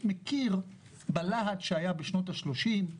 מכיר בלהט שהיה בשנות ה-30,